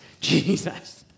Jesus